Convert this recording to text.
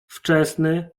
wczesny